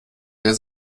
wer